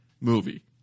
Movie